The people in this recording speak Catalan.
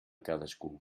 cadascú